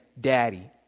daddy